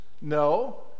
no